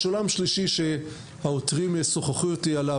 יש עולם שלישי שהעותרים שוחחו איתי עליו